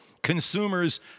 Consumers